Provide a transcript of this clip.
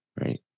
right